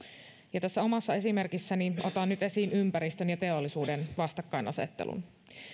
tässä omassa esimerkissäni otan nyt esiin ympäristön ja teollisuuden vastakkainasettelun